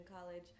college